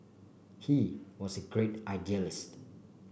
he was a great idealist